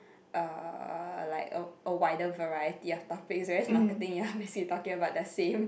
uh like a a wider variety of topics whereas marketing you are basically talking about the same